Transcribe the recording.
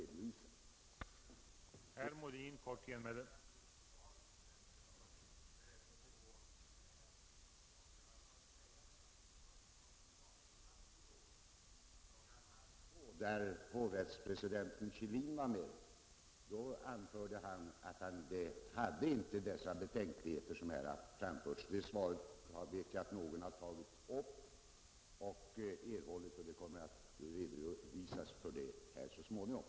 Jag har hört sägas att det förekom en radiodebatt i går klockan halv två, där hovrättspresidenten Kjellin framhöll att han inte hade dessa betänkligheter som här anförts. Det svaret vet jag att någon kommer att redovisa här så småningom.